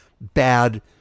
bad